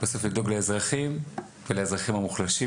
בסוף לדאוג לאזרחים ולאזרחים המוחלשים